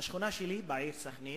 בשכונה שלי בעיר סח'נין